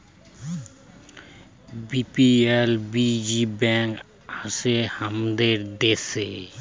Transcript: PLB যে bank আসে হামাদের দ্যাশে